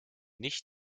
nicht